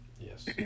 Yes